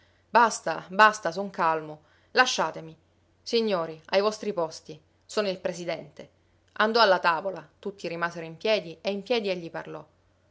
basta basta son calmo lasciatemi signori ai vostri posti sono il presidente andò alla tavola tutti rimasero in piedi e in piedi egli parlò